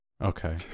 Okay